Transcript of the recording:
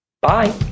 bye